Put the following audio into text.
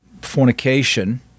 fornication